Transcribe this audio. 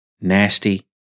nasty